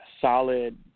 solid